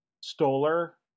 Stoller